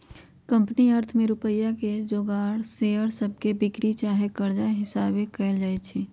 company अर्थ में रुपइया के जोगार शेयर सभके बिक्री चाहे कर्जा हिशाबे कएल जाइ छइ